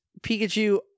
Pikachu